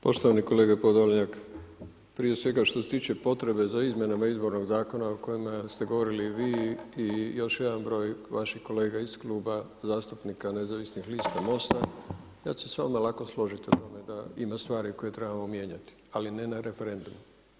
Poštovani kolega Podolnjak, prije svega što se tiče potrebe za izmjenama Izbornog zakona o kojemu ste govorili vi i još jedan broj vaših kolega iz Kluba zastupnika nezavisnih lista MOST-a ja ću se s vama lako složiti o tome da i na stvari koje trebamo mijenjati ali ne na referendumu.